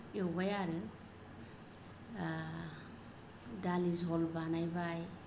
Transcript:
एवबाय आरो ओ दालि झल बानायबाय